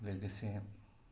लोगोसे